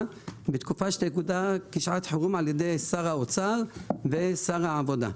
בתקופה שתוגדר כשעת חירום על ידי שר האוצר ושר העבודה.